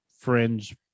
fringe